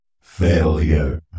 Failure